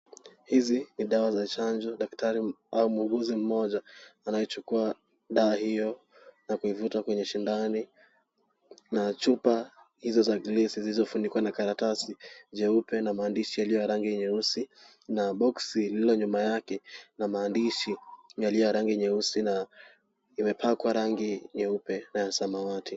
Hizi ni dawa za chanjo daktari au muuguzi mmoja anaichukua dawa hiyo na kuivuta kwenye sindano na chupa hizo za glasi zilizofunikwa na karatasi jeupe na maandishi yaliyo ya rangi nyeusi na boksi lililo nyuma yake na maandishi yaliyo ya rangi nyeusi na imepakwa rangi nyeupe na ya samawati.